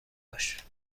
باش